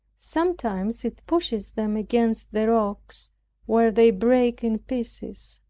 sometimes it pushes them against the rocks where they break in pieces,